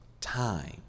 Time